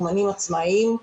אומנים עצמאיים,